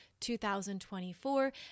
2024